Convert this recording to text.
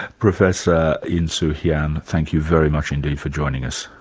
professor insoo hyun, thank you very much indeed for joining us.